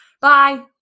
bye